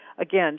Again